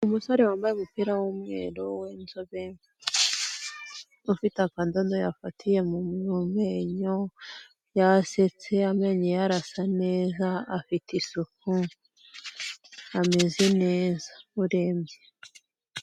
Umusore wambaye umupira w'umweru w'inzobe, ufite akadodo yafatiye mu menyo, yasetse amenyo ye arasa neza afite isuku, ameze neza urebye.